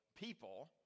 people